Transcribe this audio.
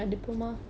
why